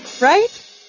right